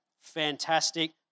Fantastic